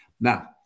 Now